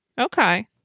Okay